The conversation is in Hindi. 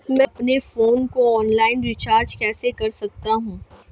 मैं अपने फोन को ऑनलाइन रीचार्ज कैसे कर सकता हूं?